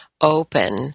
open